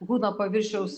kūno paviršiaus